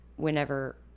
whenever